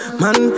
man